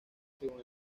según